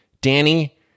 Danny